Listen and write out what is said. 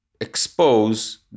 expose